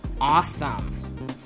awesome